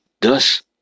Thus